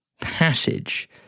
passage